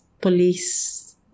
police